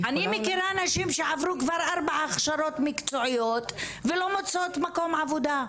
אני מכירה נשים שעברו כבר ארבע הכשרות מקצועיות ולא מוצאת מקום עבודה.